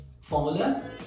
formula